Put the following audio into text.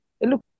look